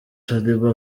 shaddyboo